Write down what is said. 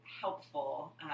helpful